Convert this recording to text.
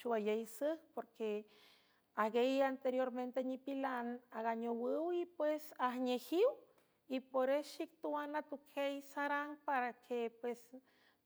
Xowayeysü porque ajgayiw anteriormente nipilan aganeowüw y pues ajnejiw y pores xic tuan atuquey sarang paraque pues